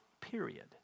period